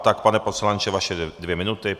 Tak pane poslanče, vaše dvě minuty.